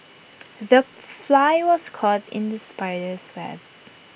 the fly was caught in the spider's web